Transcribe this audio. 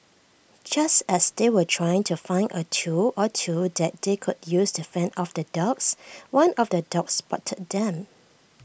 just as they were trying to find A tool or two that they could use to fend off the dogs one of the dogs spotted them